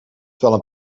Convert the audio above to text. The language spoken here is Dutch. terwijl